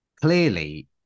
clearly